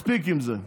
מספיק עם זה,